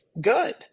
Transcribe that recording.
good